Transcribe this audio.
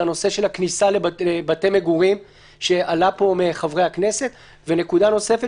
הנושא של הכניסה לבתי מגורים שעלה פה חברי הכנסת; ונקודה נוספת